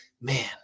man